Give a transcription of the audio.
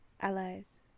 allies